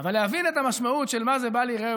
אבל להבין את המשמעות של מה זה "בל ייראה